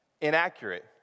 inaccurate